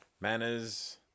Manners